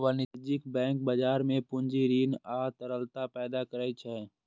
वाणिज्यिक बैंक बाजार मे पूंजी, ऋण आ तरलता पैदा करै छै